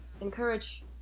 encourage